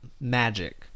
magic